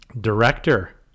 Director